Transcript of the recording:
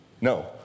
No